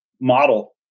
model